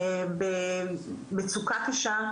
במצוקה קשה,